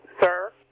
Sir